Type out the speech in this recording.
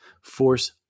Force